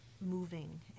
moving